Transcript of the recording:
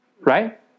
Right